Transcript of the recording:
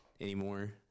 anymore